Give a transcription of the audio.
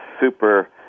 super